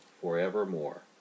forevermore